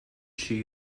she